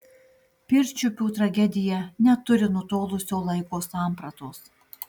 pirčiupių tragedija neturi nutolusio laiko sampratos